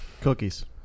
Cookies